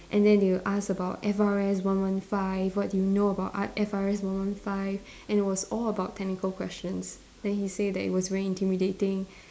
and then they will ask about F_R_S one one five what do you know about art F_R_S one one five and it was all about technical questions then he say that it was very intimidating